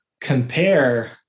compare